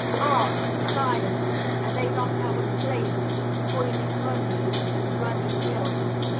art and science, are they not our slaves coining money and running mills?